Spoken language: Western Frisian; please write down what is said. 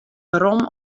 werom